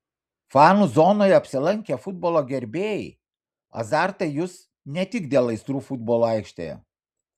fanų zonoje apsilankę futbolo gerbėjai azartą jus ne tik dėl aistrų futbolo aikštėje